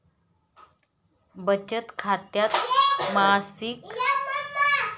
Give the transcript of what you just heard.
बचत खात्यात मासिक किमान शिल्लक ठेवण्याची गरज नाही